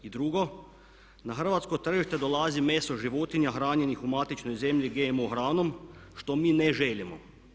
I dugo, na hrvatsko tržište dolazi meso životinja hranjenih u matičnoj zemlji, GMO hranom što mi ne želimo.